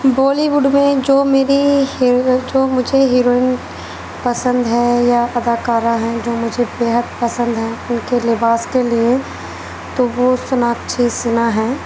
بالی would میں جو میری جو مجھے ہیروئن پسند ہے یا اداکارہ ہیں جو مجھے بے حد پسند ہیں ان کے لباس کے لیے تو وہ سوناکچھی سنہا ہیں